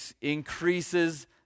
increases